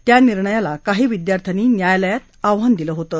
त्या निर्णयाला काही विद्यार्थ्यांनी न्यायालयात आव्हान दिलं होतं